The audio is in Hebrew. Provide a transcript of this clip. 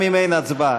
גם אם אין הצבעה.